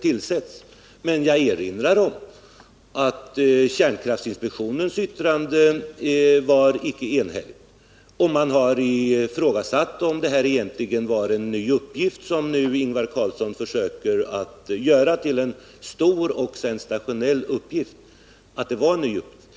tillsätts. Jag vill emellertid erinra om att kärnkraftinspektionens yttrande icke var enhälligt. Man har ifrågasatt om den här uppgiften, som Ingvar Carlsson försöker göra till en stor och sensationell sådan, egentligen var ny.